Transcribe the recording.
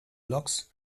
loks